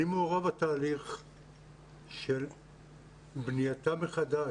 אני מעורב בתהליך של בנייתה מחדש,